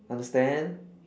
understand